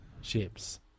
ships